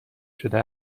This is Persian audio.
شده